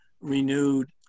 renewed